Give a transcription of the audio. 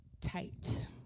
tight